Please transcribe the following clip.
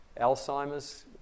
Alzheimer's